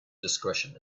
discretion